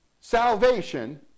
Salvation